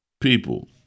people